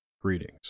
greetings